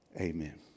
Amen